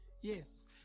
Yes